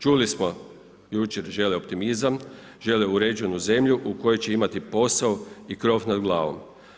Čuli smo jučer, žele optimizam, žele uređenu zemlju u kojoj će imati posao i krov nad glavom.